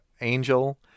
angel